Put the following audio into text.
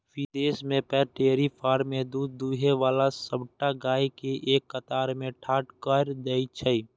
विदेश मे पैघ डेयरी फार्म मे दूध दुहै बला सबटा गाय कें एक कतार मे ठाढ़ कैर दै छै